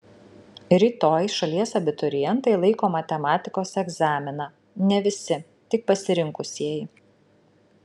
rytoj šalies abiturientai laiko matematikos egzaminą ne visi tik pasirinkusieji